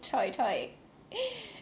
choy choy